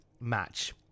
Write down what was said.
match